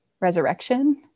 resurrection